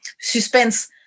suspense